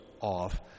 off